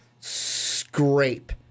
Scrape